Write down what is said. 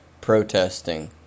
protesting